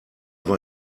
war